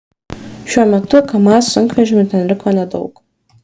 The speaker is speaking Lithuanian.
šiuo metu kamaz sunkvežimių ten liko nedaug